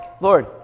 Lord